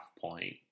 point